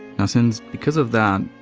now, since, because of that,